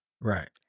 Right